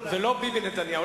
ולא ביבי נתניהו.